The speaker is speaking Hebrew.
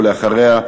ואחריה,